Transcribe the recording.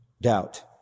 doubt